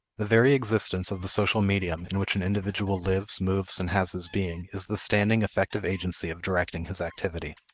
the very existence of the social medium in which an individual lives, moves, and has his being is the standing effective agency of directing his activity.